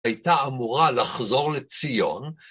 הייתה אמורה לחזור לציון.